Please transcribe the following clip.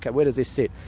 where does this sit?